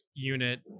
unit